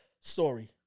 story